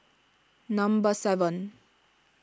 number seven